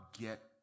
get